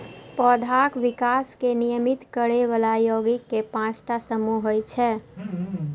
पौधाक विकास कें नियमित करै बला यौगिक के पांच टा समूह होइ छै